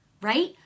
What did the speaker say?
right